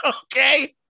Okay